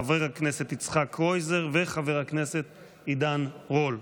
חבר הכנסת יצחק קרויזר וחבר הכנסת עידן רול.